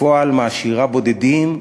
בפועל מעשירה בודדים.